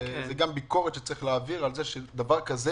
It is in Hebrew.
זו גם ביקורת שצריך להעביר על זה, שדבר כזה